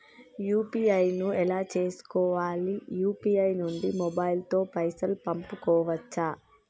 UPI ను ఎలా చేస్కోవాలి యూ.పీ.ఐ నుండి మొబైల్ తో పైసల్ పంపుకోవచ్చా?